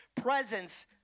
presence